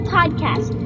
Podcast